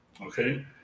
okay